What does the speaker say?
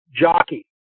jockey